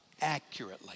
accurately